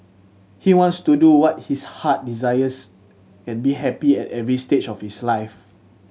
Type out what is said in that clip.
he wants to do what his heart desires and be happy at every stage of his life